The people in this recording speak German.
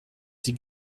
sie